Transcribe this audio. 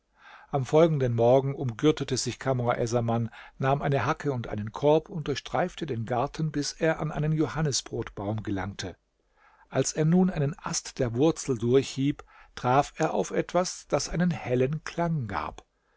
am folgenden morgen umgürtete sich kamr essaman nahm eine hacke und einen korb und durchstreifte den garten bis er an einen johannisbrotbaum gelangte als er nun einen ast der wurzel durchhieb traf er auf etwas das einen hellen klang gab